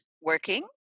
working